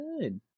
good